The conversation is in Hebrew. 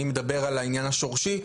אני מדבר על העניין השורשי,